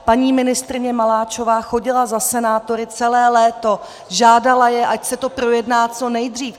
Paní ministryně Maláčová chodila za senátory celé léto, žádala je, ať se to projedná co nejdřív.